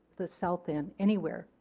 the south end, anywhere,